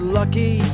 lucky